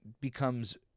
becomes